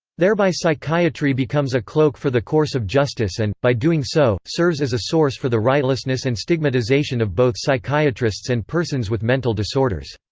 thereby psychiatry becomes a cloak for the course of justice and, by doing so, serves as a source for the rightlessness and stigmatization of both psychiatrists and persons with mental disorders.